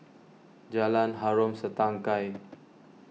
Jalan Harom Setangkai